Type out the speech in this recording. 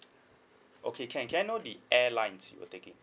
okay can can I know the airlines you were taking